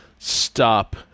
Stop